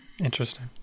Interesting